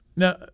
Now